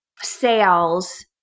sales